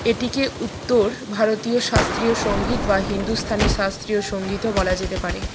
এটিকে উত্তর ভারতীয় শাস্ত্রীয় সঙ্গীত বা হিন্দুস্তানি শাস্ত্রীয় সঙ্গীতও বলা যেতে পারে